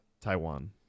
Taiwan